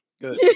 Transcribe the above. Good